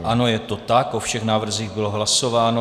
Ano, je to tak, o všech návrzích bylo hlasováno.